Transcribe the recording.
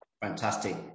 Fantastic